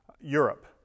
Europe